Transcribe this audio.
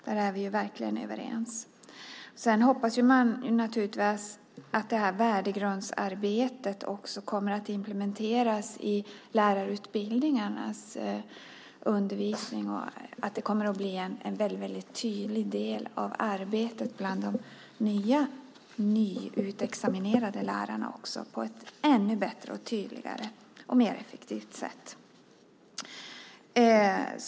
Där är vi verkligen överens. Man hoppas naturligtvis att värdegrundsarbetet också kommer att implementeras i lärarutbildningarnas undervisning och att det kommer att bli en tydlig del av arbetet bland de nyutexaminerade lärarna på ett ännu bättre, tydligare och effektivare sätt.